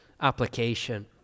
Application